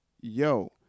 yo